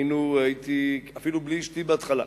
הייתי אפילו בלי אשתי בהתחלה,